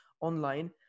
online